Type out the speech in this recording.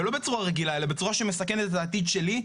ולא בצורה רגילה, אלא בצורה שמסכנת את העתיד שלי.